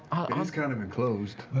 um is kind of enclosed.